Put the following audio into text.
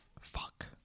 Fuck